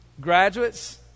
Graduates